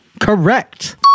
correct